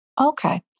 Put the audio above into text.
Okay